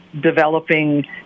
developing